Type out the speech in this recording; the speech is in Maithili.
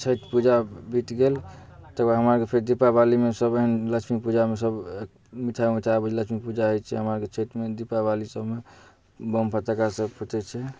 छठि पूजा बीति गेल तऽ हमरा आओरके फेर दीपावलीमे सब लक्ष्मी पूजामे सब मिठाइ उठाइ आएल लक्ष्मी पूजा होइ छै हमरा आओरके छठिमे दीपावलीसबमे बम फटक्का से फुटै छै